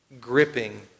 gripping